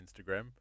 Instagram